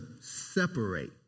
separate